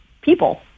people